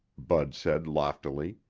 bud said loftily.